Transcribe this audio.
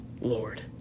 Lord